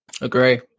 Agree